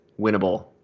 winnable